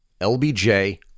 LBJ